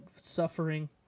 suffering